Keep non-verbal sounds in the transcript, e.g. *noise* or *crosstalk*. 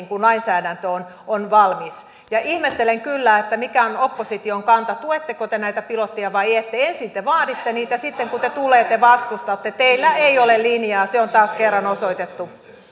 *unintelligible* kun lainsäädäntö on on valmis ja ihmettelen kyllä mikä on opposition kanta tuetteko te näitä pilotteja vai ette ensin te vaaditte niitä sitten kun ne tulevat te vastustatte teillä ei ole linjaa se on taas kerran osoitettu